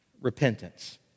repentance